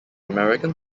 american